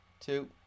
two